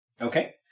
Okay